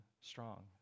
strong